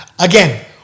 Again